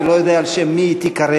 אני לא יודע על שם מי היא תיקרא,